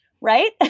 right